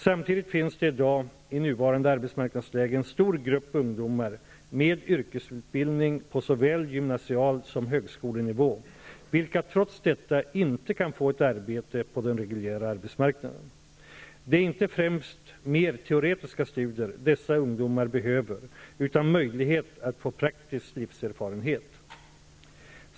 Samtidigt finns det i dag i nuvarande arbetsmarknadsläge en stor grupp ungdomar med yrkesutbildning på såväl gymnasial nivå som högskolenivå vilka trots detta inte kan få ett arbete på den reguljära arbetsmarknaden. Det är inte främst mer teoretiska studier dessa ungdomar behöver utan möjlighet att få praktisk arbetslivserfarenhet.